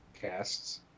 casts